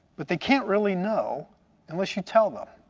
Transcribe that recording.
but they can't really know unless you tell them.